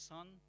Son